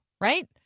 right